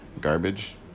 garbage